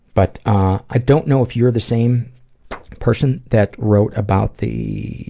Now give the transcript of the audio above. but um, i don't know if you're the same person that wrote about the.